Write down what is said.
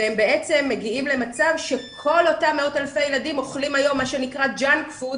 ובעצם מגיעים למצב שכל אותם מאות אלפי ילדים אוכלים היום ג'אנק פוד